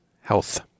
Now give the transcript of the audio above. health